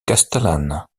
castellane